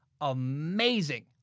amazing